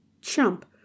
chump